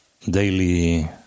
daily